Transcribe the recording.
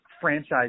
franchise